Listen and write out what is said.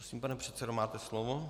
Prosím, pane předsedo, máte slovo.